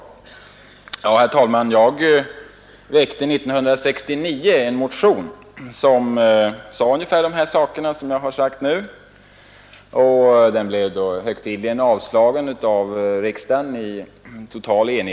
År 1969 väckte jag en motion, i vilken jag framhöll ungefär detsamma som jag nu har anfört. Den motionen blev högtidligen och i total enighet avslagen av riksdagen.